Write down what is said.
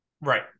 right